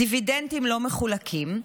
דיבידנדים לא מחולקים.